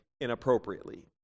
inappropriately